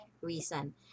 reason